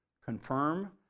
confirm